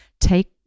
take